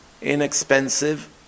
inexpensive